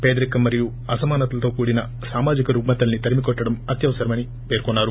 పేదరికం మరియు అసమానతలతో కూడిన సామాజిక రుగ్మ తల్పి తరిమి కొట్టడం అత్యవసరమని పేర్కొన్నారు